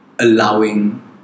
allowing